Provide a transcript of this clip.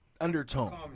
undertone